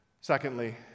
secondly